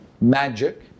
magic